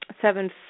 seven